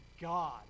God